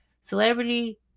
Celebrity